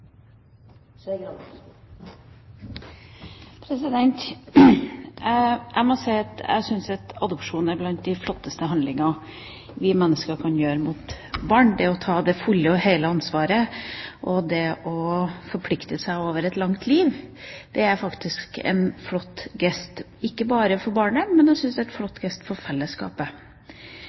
blant de flotteste handlinger vi mennesker kan gjøre overfor barn. Det å ta det fulle og hele ansvaret og det å forplikte seg over et langt liv er faktisk en flott gest ikke bare for barnet, men jeg syns det er en flott gest for fellesskapet.